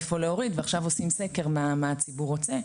איפה להוריד ועכשיו עושים סקר מה הציבור רוצה.